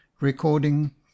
Recording